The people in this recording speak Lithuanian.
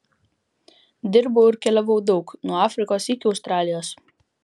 dirbau ir keliavau daug nuo afrikos iki australijos